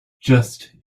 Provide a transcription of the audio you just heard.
just